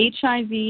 HIV